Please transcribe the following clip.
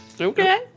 Okay